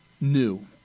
new